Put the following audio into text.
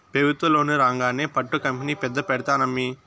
పెబుత్వ లోను రాంగానే పట్టు కంపెనీ పెద్ద పెడ్తానమ్మీ